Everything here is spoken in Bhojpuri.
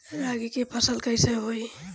रागी के फसल कईसे होई?